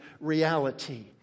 reality